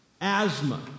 asthma